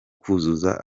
kuzuza